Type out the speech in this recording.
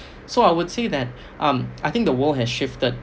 so I would say that um I think the world has shifted